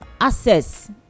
access